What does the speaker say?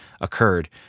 occurred